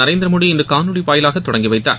நரேந்திரமோடி இன்று காணொலி வாயிலாக தொடங்கி வைத்தார்